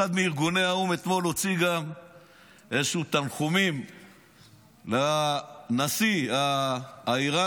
אחד מארגוני האו"ם גם הוציא אתמול תנחומים לנשיא האיראני.